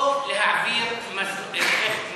לא להעביר, איך?